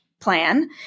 plan